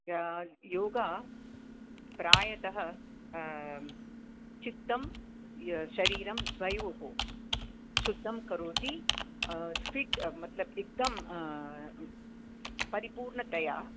योगः प्रायतः चित्तं शरीरं द्वयोः शुद्धं करोति स्पीड् मत्लब् एक्दं परिपूर्णतया